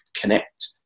connect